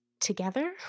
together